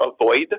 avoid